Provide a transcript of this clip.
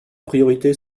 priorités